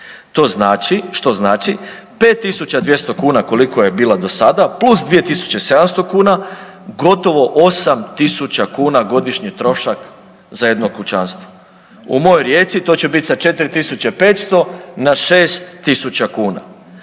To znači, što znači, 5200 kuna koliko je bila do sada + 2700 kuna, gotovo 8 tisuća kuna godišnje trošak za jedno kućanstvo. U mojoj Rijeci to će biti sa 4500 na 6000 kuna.